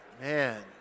Man